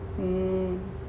hmm